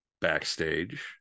backstage